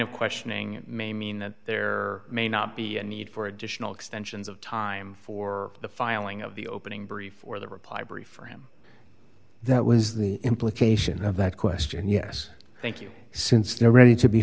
of questioning may mean that there may not be a need for additional extensions of time for the filing of the opening brief or the reply brief for him that was the implication of that question yes thank you since now ready to be